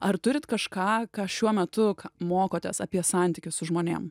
ar turit kažką ką šiuo metu mokotės apie santykius su žmonėm